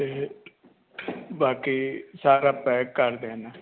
ਤੇ ਬਾਕੀ ਸਾਰਾ ਪੈਕ ਕਰ ਦੇਣਾ